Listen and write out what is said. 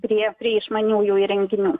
prie prie išmaniųjų įrenginių